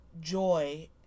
joy